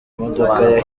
imodoka